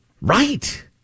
Right